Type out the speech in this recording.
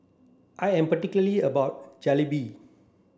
I am particular about Jalebi